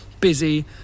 busy